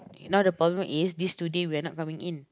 now the problem is this two day we are not coming in